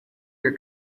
your